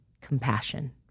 compassion